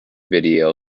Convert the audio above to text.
video